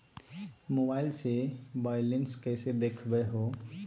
Mobile से balance कैसे देखाबो है?